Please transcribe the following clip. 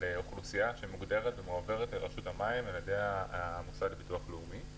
לאוכלוסייה שמוגדרת ומועברת לרשות המים על ידי המוסד לביטוח לאומי.